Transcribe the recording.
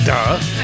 Duh